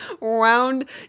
round